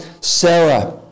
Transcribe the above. Sarah